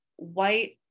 white